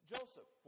Joseph